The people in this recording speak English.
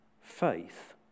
faith